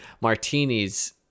martinis